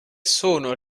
sono